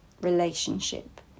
relationship